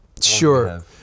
Sure